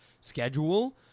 schedule